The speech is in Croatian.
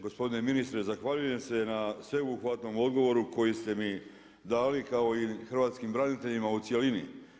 Gospodine ministre zahvaljujem se na sveobuhvatnom odgovoru koji ste mi dali kao i hrvatskim braniteljima u cjelini.